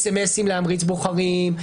סמ"סים להמרצת בוחרים,